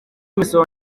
imisoro